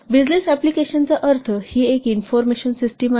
business application चा अर्थ ही एक इन्फॉर्मेशन सिस्टिम आहे